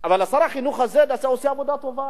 אבל שר החינוך הזה עושה עבודה טובה